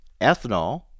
Ethanol